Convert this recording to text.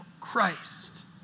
Christ